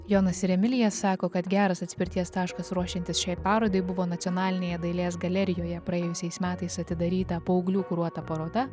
jonas ir emilija sako kad geras atspirties taškas ruošiantis šiai parodai buvo nacionalinėje dailės galerijoje praėjusiais metais atidaryta paauglių kuruota paroda